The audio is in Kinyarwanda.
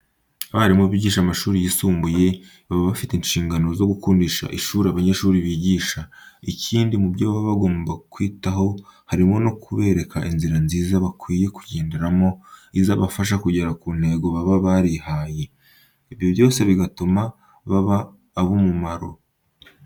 Abarimu bigisha mu mashuri yisumbuye, baba bafite inshingano zo gukundisha ishuri abanyeshuri bigisha. Ikindi, mu byo baba bagomba kwitaho harimo no kubereka inzira nziza bakwiye kugenderamo izabafasha kugera ku ntego baba barihaye, ibyo byose bigatuma baba ab'umumaro.